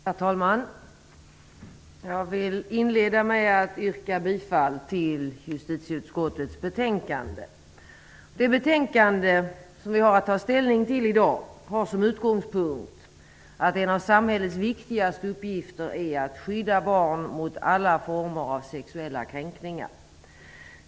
Herr talman! Jag vill inleda med att yrka bifall till hemställan i justitieutskottets betänkande. Det betänkande som vi har att ta ställning till i dag har som utgångspunkt att en av samhällets viktigaste uppgifter är att skydda barn mot alla former av sexuella kränkningar.